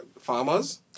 farmers